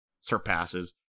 surpasses